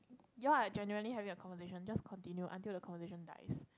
you all are genuinely having a conversation just continue until the conversation dies